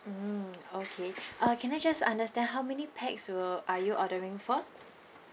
mm okay uh can I just understand how many pax will are you ordering for